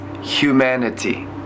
humanity